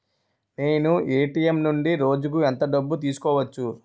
నేను ఎ.టి.ఎం నుండి రోజుకు ఎంత డబ్బు తీసుకోవచ్చు?